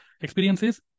experiences